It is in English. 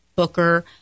Booker